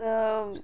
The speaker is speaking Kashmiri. تہٕ